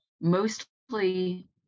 mostly